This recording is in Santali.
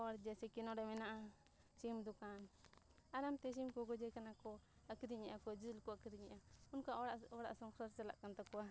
ᱦᱚᱲ ᱡᱮᱭᱥᱮ ᱠᱤ ᱱᱚᱰᱮ ᱢᱮᱱᱟᱜᱼᱟ ᱥᱤᱢ ᱫᱚᱠᱟᱱ ᱟᱨᱟᱢᱛᱮ ᱥᱤᱢ ᱠᱚ ᱜᱚᱡᱮ ᱠᱟᱱᱟ ᱠᱚ ᱟᱹᱠᱷᱨᱤᱧᱮᱜᱼᱟ ᱠᱚ ᱡᱤᱞ ᱠᱚ ᱟᱹᱠᱷᱨᱤᱧᱮᱜᱼᱟ ᱚᱱᱠᱟ ᱚᱲᱟᱜ ᱚᱲᱟᱜ ᱥᱚᱝᱥᱟᱨ ᱪᱟᱞᱟᱜ ᱠᱟᱱ ᱛᱟᱠᱚᱣᱟ